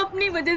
um never